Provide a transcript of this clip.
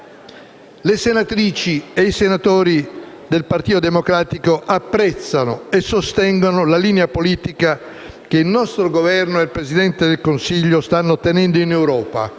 Le senatrici e i senatori del Partito Democratico apprezzano e sostengono la linea politica che il nostro Governo e il Presidente del Consiglio stanno tenendo in Europa